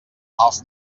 els